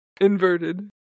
inverted